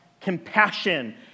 compassion